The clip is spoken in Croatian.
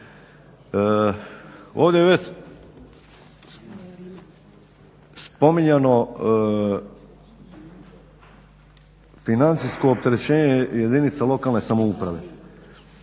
Ovdje je već spominjano financijsko opterećenje jedinica lokalne samouprave.